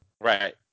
Right